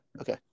Okay